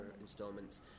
installments